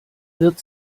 wird